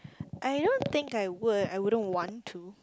I don't think I would I wouldn't want to